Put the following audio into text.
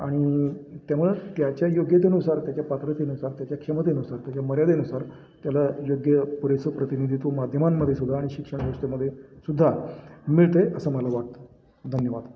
आणि त्यामुळं त्याच्या योग्यतेनुसार त्याच्या पात्रतेनुसार त्याच्या क्षमतेनुसार त्याच्या मर्यादेनुसार त्याला योग्य पुरेसं प्रतिनिधित्व माध्यमांमध्ये सुद्धा आणि शिक्षण व्यवस्थेमध्ये सुद्धा मिळतं आहे असं मला वाटतं धन्यवाद